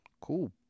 Cool